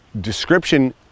Description